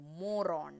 moron